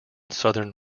southern